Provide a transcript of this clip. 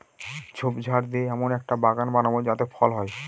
ঝোপঝাড় দিয়ে এমন একটা বাগান বানাবো যাতে ফল হয়